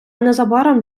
незабаром